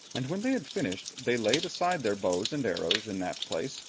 and when they had finished, they laid aside their bows and arrows in that place,